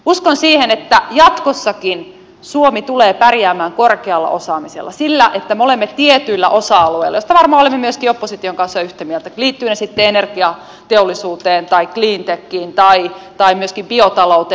uskon siihen että jatkossakin suomi tulee pärjäämään korkealla osaamisella sillä että me olemme edelläkävijöitä tietyillä osa alueilla joista varmaan olemme myöskin opposition kanssa yhtä mieltä liittyvät ne sitten energiateollisuuteen tai cleantechiin tai myöskin biotalouteen